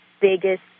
biggest